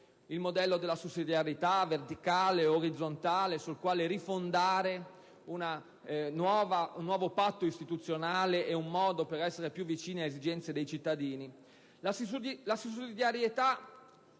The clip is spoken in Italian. quel modello di sussidiarietà verticale o orizzontale su cui rifondare un nuovo patto istituzionale e un modo per essere più vicini alle esigenze dei cittadini. La sussidiarietà